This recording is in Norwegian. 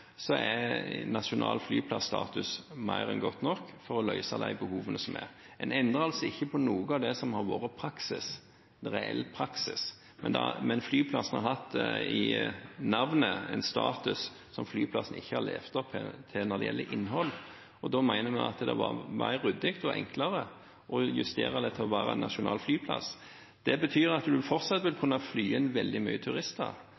er en nasjonal-flyplass-status mer enn godt nok for å løse de behovene som er. En endrer altså ikke på noe av det som har vært praksis, en reell praksis, men flyplassen har hatt i navnet en status som flyplassen ikke har levd opp til når det gjelder innhold. Da mente vi at det var mer ryddig og enklere å justere dette til å være en nasjonal flyplass. Det betyr at man fortsatt vil kunne fly inn veldig mye turister,